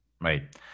right